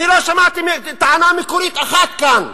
אני לא שמעתי טענה מקורית אחת כאן.